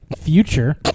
future